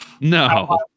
No